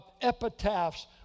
epitaphs